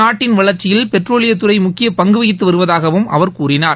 நாட்டின் வளர்ச்சியில் பெட்ரோலியத்துறை முக்கிய பங்கு வகித்து வருவதாகவும் அவர் கூறினார்